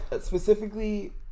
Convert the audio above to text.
specifically